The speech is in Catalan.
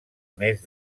més